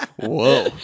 Whoa